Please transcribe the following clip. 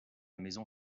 maison